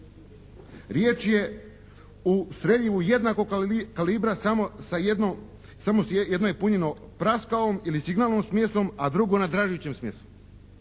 Riječ je o streljivu jednakog kalibra samo sa jednom, jedno je punjeno praskavom ili signalnom smjesom, a drugo nadražujućom smjesom.